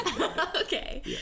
Okay